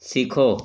सीखो